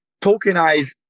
tokenize